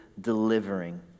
delivering